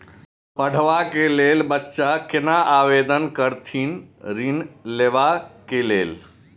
पढ़वा कै लैल बच्चा कैना आवेदन करथिन ऋण लेवा के लेल?